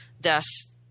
thus